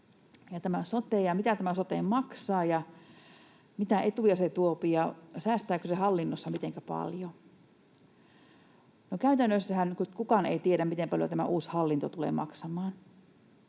tämä sote maksaa, mitä etuja se tuo ja säästääkö se hallinnossa mitenkä paljon. Käytännössähän kukaan ei tiedä, miten paljon tämä uusi hallinto tulee maksamaan.